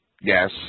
Yes